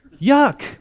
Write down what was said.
Yuck